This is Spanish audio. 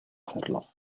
hacerlo